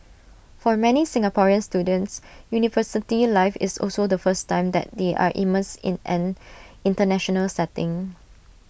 for many Singaporean students university life is also the first time that they are immersed in an International setting